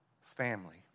family